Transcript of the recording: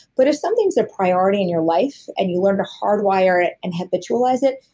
but if something's a priority in your life and you learn to hard wire it and habitualize it,